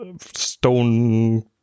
stone